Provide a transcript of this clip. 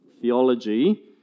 theology